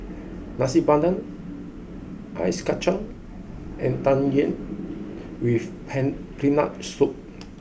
Nasi Padang Ice Kacang and Tang Yuen with pen peanut soup